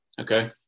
okay